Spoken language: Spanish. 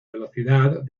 velocidad